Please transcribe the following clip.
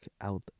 out